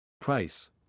Price